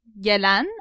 Gelen